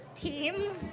teams